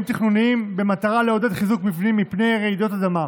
תכנוניים במטרה לעודד חיזוק מבנים מפני רעידות אדמה.